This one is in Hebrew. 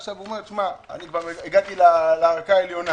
עכשיו הוא אומר הגעתי כבר לערכאה העליונה.